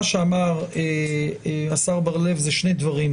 מה שאמר השר בר לב אלו שני דברים,